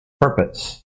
purpose